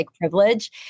privilege